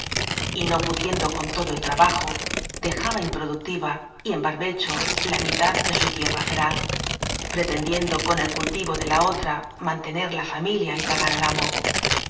no pudiendo con todo el trabajo dejaba inproductiva y en barbecho la mitad de su tierra feraz pretendiendo con el cultivo de la otra mantener la familia y pagar al amo